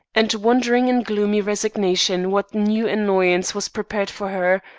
and wondering in gloomy resignation what new annoyance was prepared for her,